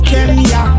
Kenya